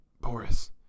Boris